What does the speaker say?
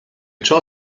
ciò